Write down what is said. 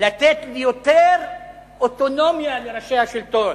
לתת יותר אוטונומיה לראשי השלטון,